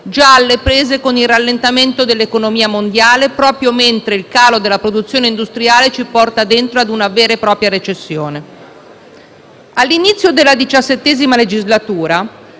già alle prese con il rallentamento dell'economia mondiale, proprio mentre il calo della produzione industriale ci porta dentro una vera e propria recessione. All'inizio della XVII legislatura,